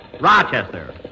Rochester